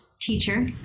teacher